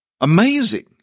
Amazing